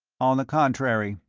on the contrary,